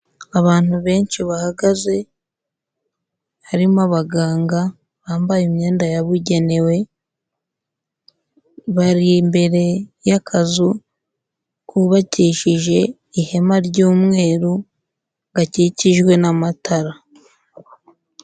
Abantu benshi bahagaze, harimo abaganga bambaye imyenda yabugenewe, bari imbere y'akazu kubakishije ihema ry'umweru, gakikijwe n'amatara.